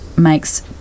makes